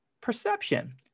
perception